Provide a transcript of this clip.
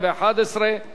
של חבר הכנסת